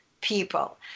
people